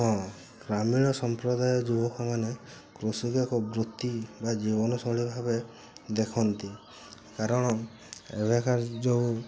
ହଁ ଗ୍ରାମୀଣ ସମ୍ପ୍ରଦାୟର ଯୁବକମାନେ କୃଷିକୁ ଏକ ବୃତ୍ତି ବା ଜୀବନଶୈଳୀଭାବେ ଦେଖନ୍ତି କାରଣ ଏବେକାର ଯେଉଁ